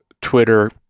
Twitter